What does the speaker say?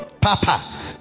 Papa